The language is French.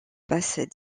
passe